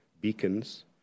beacons